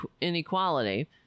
inequality